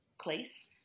place